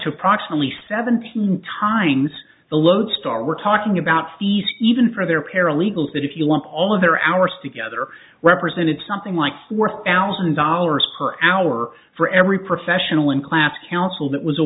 to approximately seventeen times the lodestar we're talking about fees even for their paralegal that if you want all of their hours together represented something like four thousand dollars per hour for every professional in class counsel that was a